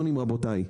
רבותיי.